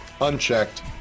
unchecked